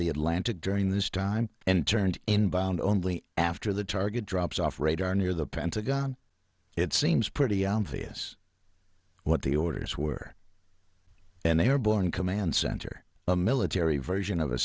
the atlantic during this time and turned in by and only after the target drops off radar near the pentagon it seems pretty obvious what the orders were and they are born command center a military version of a